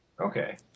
Okay